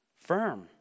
firm